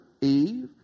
Eve